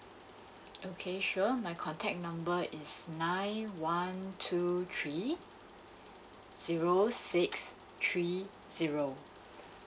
okay sure my contact number is nine one two three zero six three zero